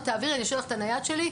תעבירי לי אני אשאיר לך את הנייד שלי.